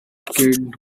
kid